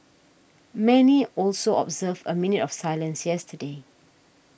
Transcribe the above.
many also observed a minute of silence yesterday